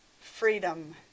freedom